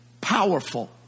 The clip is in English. powerful